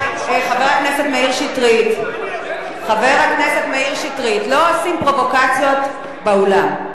חבר הכנסת מאיר שטרית, לא עושים פרובוקציות באולם.